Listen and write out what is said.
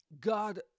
God